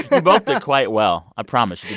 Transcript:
you both did quite well. i promise,